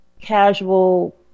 casual